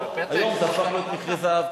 היום זה הפך להיות מכרה זהב,